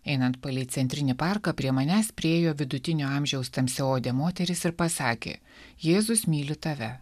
einant palei centrinį parką prie manęs priėjo vidutinio amžiaus tamsiaodė moteris ir pasakė jėzus myli tave